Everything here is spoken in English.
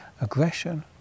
aggression